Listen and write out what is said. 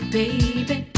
baby